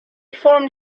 formed